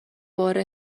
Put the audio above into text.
بار